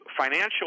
financial